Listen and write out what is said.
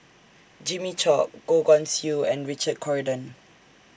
Jimmy Chok Goh Guan Siew and Richard Corridon